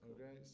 Okay